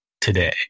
today